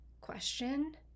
question